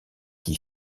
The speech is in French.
qui